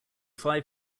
five